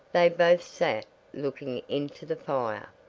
they both sat looking into the fire.